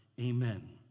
amen